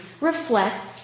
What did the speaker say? reflect